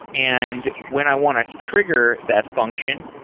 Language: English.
and when i want to trigger that function,